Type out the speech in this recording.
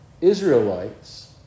Israelites